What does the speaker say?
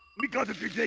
we got